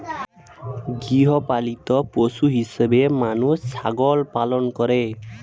গৃহপালিত পশু হিসেবে মানুষ ছাগল প্রতিপালন করে